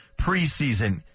preseason